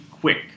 quick